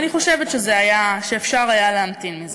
אני חושבת שאפשר היה להמתין עם זה.